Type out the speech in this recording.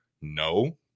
no